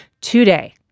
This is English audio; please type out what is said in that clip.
today